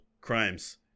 crimes